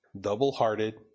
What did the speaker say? double-hearted